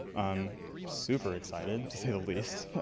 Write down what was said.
i'm super excited, to say the least,